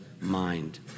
mind